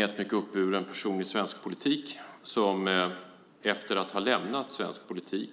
Det är en mycket uppburen person i svensk politik som efter att ha lämnat svensk politik